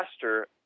faster